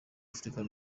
africa